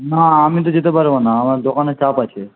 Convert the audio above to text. না আমি তো যেতে পারব না আমার দোকানে চাপ আছে